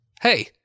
Hey